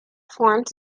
formed